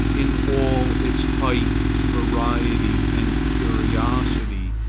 in all its height, variety, and curiosity,